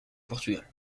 portugal